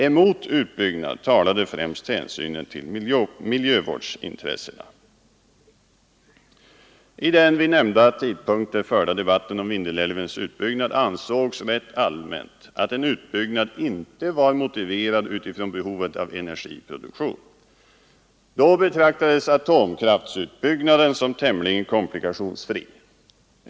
Emot utbyggnad talade främst hänsynen till miljövårdsintressena. I den, vid nämnda tidpunkter, förda debatten om Vindelälvens utbyggnad ansågs rätt allmänt att en utbyggnad inte var motiverad utifrån behovet av energiproduktion. Då betraktades atomkraftutbygg naden som tämligen komplikationsfri.